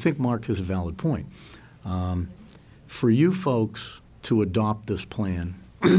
think mark is a valid point for you folks to adopt this plan